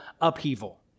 upheaval